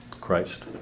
Christ